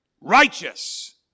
righteous